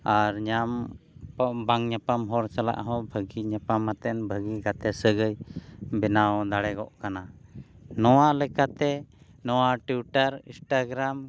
ᱟᱨ ᱧᱟᱯᱟᱢ ᱵᱟᱝ ᱧᱟᱯᱟᱢ ᱦᱚᱲ ᱥᱟᱞᱟᱜ ᱦᱚᱸ ᱵᱷᱟᱹᱜᱤ ᱧᱟᱯᱟᱢ ᱠᱟᱛᱮᱫ ᱵᱷᱟᱹᱜᱤ ᱜᱟᱛᱮ ᱥᱟᱹᱜᱟᱹᱭ ᱵᱮᱱᱟᱣ ᱫᱟᱲᱮᱜᱚᱜ ᱠᱟᱱᱟ ᱱᱚᱣᱟ ᱞᱮᱠᱟᱛᱮ ᱱᱚᱣᱟ ᱴᱩᱭᱴᱟᱨ ᱤᱱᱥᱴᱟᱜᱨᱟᱢ